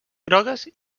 grogues